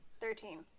Thirteen